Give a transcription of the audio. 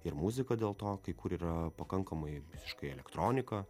ir muzika dėl to kai kur yra pakankamai visiškai elektronika